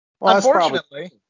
Unfortunately